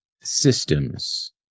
systems